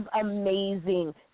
amazing